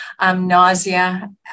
nausea